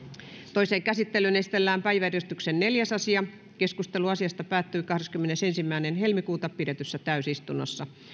toiseen käsittelyyn esitellään päiväjärjestyksen neljäs asia keskustelu asiasta päättyi kahdeskymmenesensimmäinen toista kaksituhattayhdeksäntoista pidetyssä täysistunnossa